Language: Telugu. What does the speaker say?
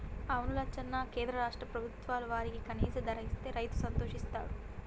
అవును లచ్చన్న కేంద్ర రాష్ట్ర ప్రభుత్వాలు వారికి కనీస ధర ఇస్తే రైతు సంతోషిస్తాడు